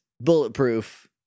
bulletproof